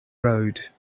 road